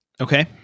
Okay